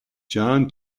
john